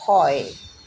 হয়